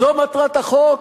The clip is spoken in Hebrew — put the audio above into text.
זו מטרת החוק,